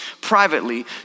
privately